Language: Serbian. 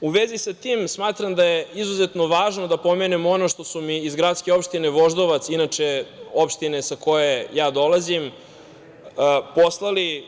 U vezi sa tim smatram da je izuzetno važno da pomenem ono što su mi iz Gradske opštine Voždovac, inače opštine iz koje ja dolazim, poslali.